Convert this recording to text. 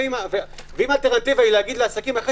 ואם האלטרנטיבה היא להגיד לעסקים אחרי